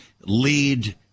lead